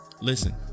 Listen